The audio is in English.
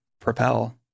propel